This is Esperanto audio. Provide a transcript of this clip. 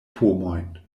pomojn